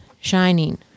Shining